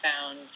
found